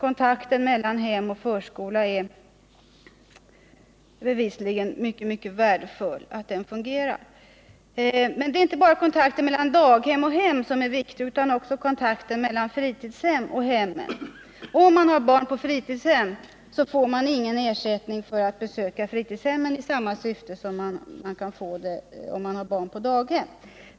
Det är bevisligen mycket värdefullt att kontakten mellan hem och förskola fungerar. Men det är inte bara kontakten mellan daghem och hem som är viktig utan också kontakten mellan fritidshemmen och hemmen. Men om man har barn på fritidshem, så får man ingen ersättning för att besöka fritidshemmet såsom fallet är om man har barn på daghem.